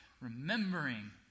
remembering